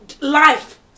life